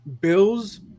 Bill's